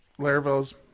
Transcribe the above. Laravel's